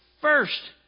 first